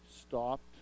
stopped